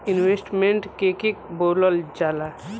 Investment के के बोलल जा ला?